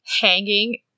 hanging